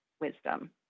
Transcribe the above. wisdom